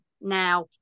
now